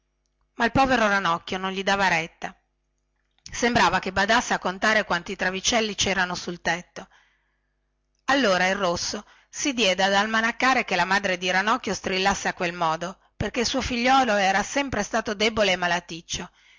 ma il povero ranocchio non gli dava retta e sembrava che badasse a contare quanti travicelli cerano sul tetto allora il rosso si diede ad almanaccare che la madre di ranocchio strillasse a quel modo perchè il suo figliuolo era sempre stato debole e malaticcio